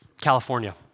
California